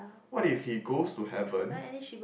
what if he goes to heaven